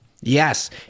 Yes